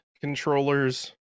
controllers